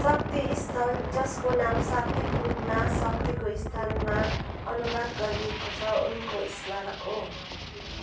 शक्ति स्थल जसको नाम शाब्दिक रूपमा शक्तिको स्थानमा अनुवाद गरिएको छ उनको स्मारक हो